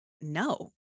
no